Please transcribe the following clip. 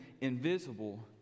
invisible